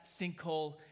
sinkhole